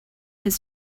his